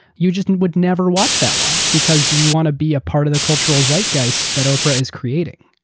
you just would never watch that one because you want to be a part of the cultural zeitgeist that oprah is creating.